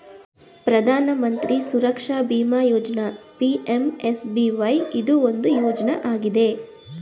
ಪ್ರಧಾನ ಮಂತ್ರಿ ಸುರಕ್ಷಾ ಬಿಮಾ ಯೋಜ್ನ ಪಿ.ಎಂ.ಎಸ್.ಬಿ.ವೈ ಇದು ಒಂದು ಯೋಜ್ನ ಆಗಿದೆ